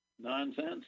nonsense